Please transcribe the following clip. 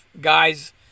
guys